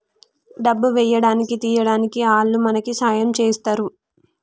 డబ్బు వేయడానికి తీయడానికి ఆల్లు మనకి సాయం చేస్తరు